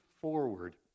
forward